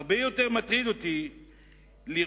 הרבה יותר מטריד אותי לראות